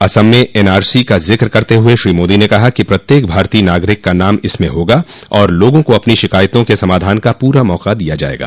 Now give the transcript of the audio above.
असम में एनआरसी का ज़िक करते हुए श्री मोदी ने कहा कि प्रत्येक भारतीय नागरिक का नाम इसमें होगा और लोगों को अपनी शिकायतों के समाधान का पूरा मौक़ा दिया जायेगा